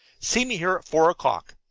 see me here at four o'clock.